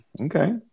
Okay